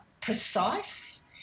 precise